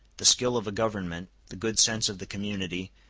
the skill of a government, the good sense of the community,